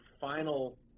final